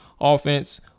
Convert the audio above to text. offense